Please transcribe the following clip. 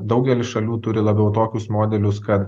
daugelis šalių turi labiau tokius modelius kad